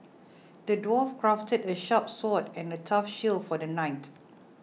the dwarf crafted a sharp sword and a tough shield for the knight